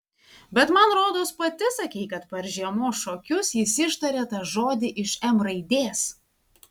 bet man rodos pati sakei kad per žiemos šokius jis ištarė tą žodį iš m raidės